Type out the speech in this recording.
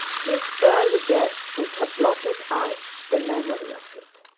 his early death would have blotted out the memory of it.